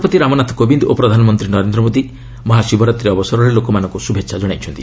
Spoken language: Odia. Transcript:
ରାଷ୍ଟ୍ରପତି ରାମନାଥ କୋବିନ୍ଦ୍ ଓ ପ୍ରଧାନମନ୍ତ୍ରୀ ନରେନ୍ଦ୍ର ମୋଦି ମହାଶିବରାତ୍ରୀ ଅବସରରେ ଲୋକମାନଙ୍କୁ ଶୁଭେଛା ଜଣାଇଛନ୍ତି